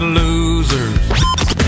losers